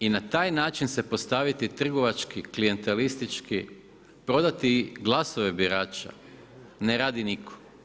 I na taj način se postaviti trgovački, klijentelistički, prodati glasove birača ne radi nitko.